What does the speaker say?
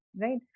right